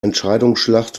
entscheidungsschlacht